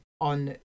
on